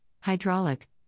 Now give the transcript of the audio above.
hydraulic